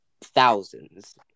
thousands